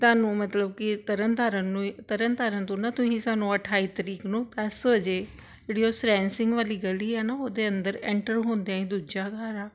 ਤੁਹਾਨੂੰ ਮਤਲਬ ਕਿ ਤਰਨ ਤਾਰਨ ਨੂੰ ਤਰਨ ਤਾਰਨ ਤੋਂ ਨਾ ਤੁਸੀਂ ਸਾਨੂੰ ਅਠਾਈ ਤਰੀਕ ਨੂੰ ਦਸ ਵਜੇ ਜਿਹੜੀ ਉਹ ਸਰੈਂ ਸਿੰਘ ਵਾਲੀ ਗਲੀ ਹੈ ਨਾ ਉਹਦੇ ਅੰਦਰ ਐਂਟਰ ਹੁੰਦਿਆਂ ਹੀ ਦੂਜਾ ਘਰ ਆ